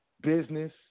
business